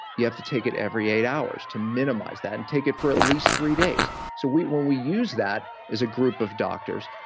you have to take it every eight hours to minimize that and take it for at least three days, so when we use that as a group of doctors,